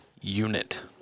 Unit